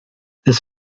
this